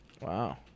Wow